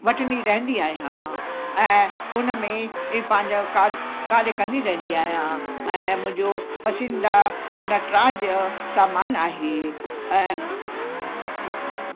वठंदी रहंदी आहियां ऐं हुन में बि पंहिंजा कार्य कार्य कंदी रहंदी आहियां ऐं मुंहिंजो पसिंदा नटराज सामान आहे ऐं